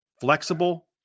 flexible